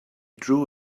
drew